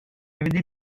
avaient